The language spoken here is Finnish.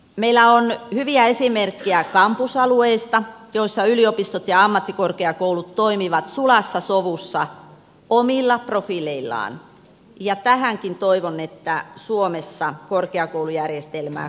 meillä on hyviä esimerkkejä kampusalueista joissa yliopistot ja ammattikorkeakoulut toimivat sulassa sovussa omilla profiileillaan ja tähänkin toivon että suomessa korkeakoulujärjestelmää kannustetaan